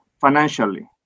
financially